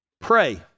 Pray